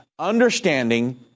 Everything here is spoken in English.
understanding